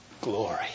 glory